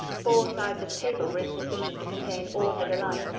four sides of paper were insufficient to contain all her delight,